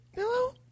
Hello